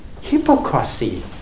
hypocrisy